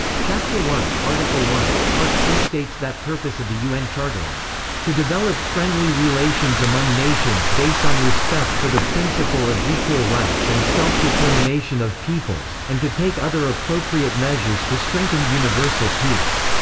chapter one, article one, part two states that purpose of the un charter is to develop friendly relations among nations based on respect for the principle of equal rights and self-determination of peoples, and to take other appropriate measures to strengthen universal peace.